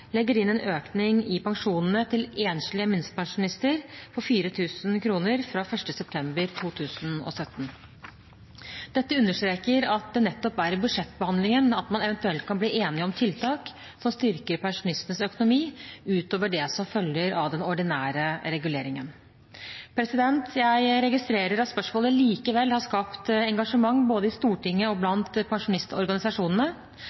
legger inn en økning i pensjonen til enslige minstepensjonister på 4 000 kr fra 1. september 2017. Dette understreker at det nettopp er i budsjettbehandlingen at man eventuelt kan bli enige om tiltak som styrker pensjonistenes økonomi, utover det som følger av den ordinære reguleringen. Jeg registrerer at spørsmålet likevel har skapt engasjement både i Stortinget og